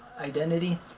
identity